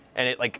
and it like